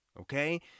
Okay